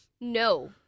No